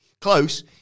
Close